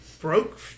broke